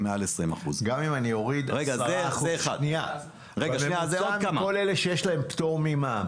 מעל 20%. בממוצע מכול אלה שיש להם פטור ממע"מ